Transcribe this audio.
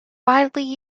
widely